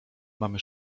mamy